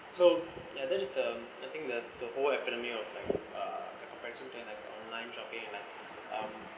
so ya that is the the think that the whole epitome of like uh the comparison between like online shopping and like um